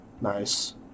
Nice